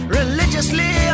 religiously